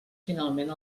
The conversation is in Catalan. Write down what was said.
finalment